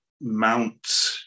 mount